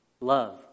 Love